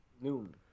Noon